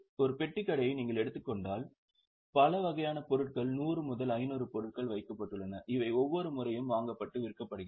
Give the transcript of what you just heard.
ஒரு பெட்டி கடையைப் நீங்கள் எடுத்துக்கொண்டால் பல வகையான பொருட்கள் 100 முதல் 500 பொருட்கள் வைக்கப்பட்டுள்ளன இவை ஒவ்வொரு முறையும் வாங்கப்பட்டு விற்கப்படுகின்றன